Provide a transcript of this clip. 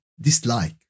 dislike